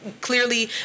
clearly